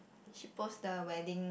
she post the wedding